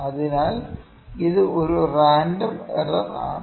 അതിനാൽ ഇത് ഒരു റാൻഡം എറർ ആണ്